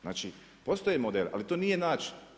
Znači, postoje modeli, ali to nije način.